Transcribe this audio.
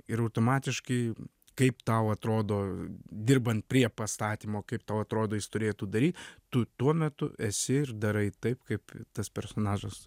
ir automatiškai kaip tau atrodo dirbant prie pastatymo kaip tau atrodo jis turėtų daryt tu tuo metu esi ir darai taip kaip tas personažas